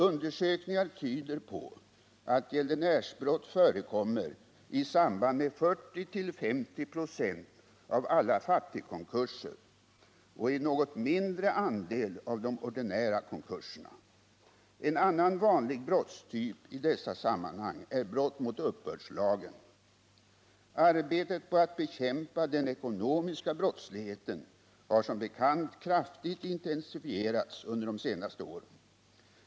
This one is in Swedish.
Undersökningar tyder på att gäldenärsbrott förekommer i samband med 40-50 96 av alla fattigkonkurser och i en något mindre andel av de ordinära konkurserna. En annan vanlig brottstyp i dessa sammanhang är brott mot uppbördslagen. Arbetet på att bekämpa den ekonomiska brottsligheten har som bekant kraftigt intensifierats under de senaste åren.